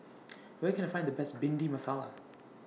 Where Can I Find The Best Bhindi Masala